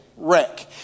Wreck